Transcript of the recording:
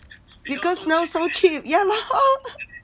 because now so cheap ya lor